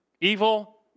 Evil